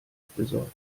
besorgt